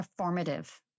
performative